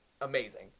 amazing